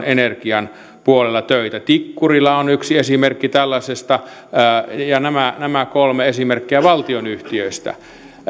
energian puolella töitä tikkurila on yksi esimerkki tällaisesta nämä nämä kolme esimerkkiä valtionyhtiöistä